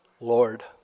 Lord